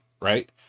right